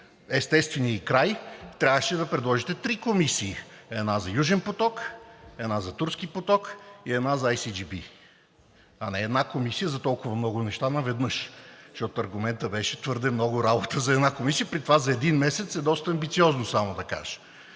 естествения ѝ край, трябваше да предложите три комисии. Една за „Южен поток“, една за „Турски поток“ и една за IGB, а не една комисия за толкова много неща наведнъж, защото аргументът беше: твърде много работа за една комисия. При това, за един месец е доста амбициозно, само да кажа,